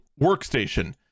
workstation